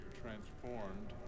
transformed